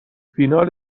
فینال